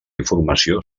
informació